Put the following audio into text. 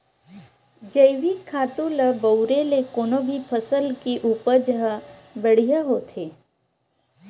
जइविक खातू ल बउरे ले कोनो भी फसल के उपज ह बड़िहा होथे